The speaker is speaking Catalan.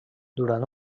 durant